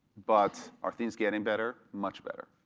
but are things getting better? much better.